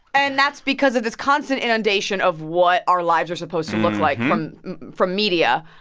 and that's because of this constant inundation of what our lives are supposed to look like from media.